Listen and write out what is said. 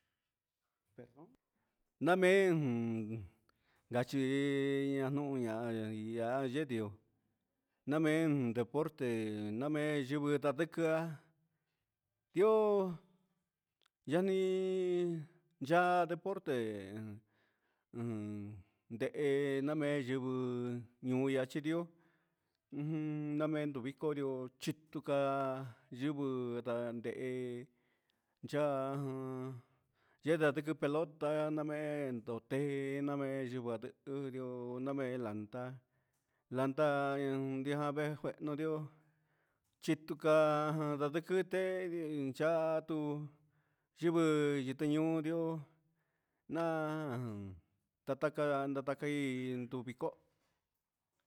Na mee juun gachi ñaian nuun ña yedio namee deporte namee yivɨ nda siqui yoo yeni yaa deporte ujun ndehe namee yvɨ nuun ia chi ndioo ujun namee ndu vico chitu ca yivɨ ra ndehe yaa yenda siqui pelota nda mee nda mee landa landa giajandee juehno ndioo chitu caa nda siqui cha tuu yivɨ yɨti ñuun naan ta tacan cuu vico